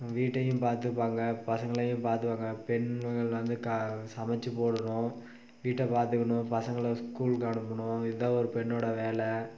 வீட்டையும் பார்த்துப்பாங்க பசங்களையும் பார்த்துக்குவாங்க பெண்கள் வந்து சமைத்து போடணும் வீட்டை பார்த்துக்கணும் பசங்களை ஸ்கூலுக்கு அனுப்பணும் இதான் ஒரு பெண்ணோட வேலை